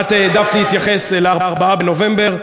את העדפת להתייחס ל-4 בנובמבר,